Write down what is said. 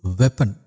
weapon